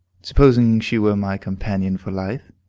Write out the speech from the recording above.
supposing she were my companion for life